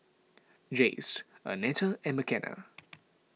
Jace Arnetta and Mckenna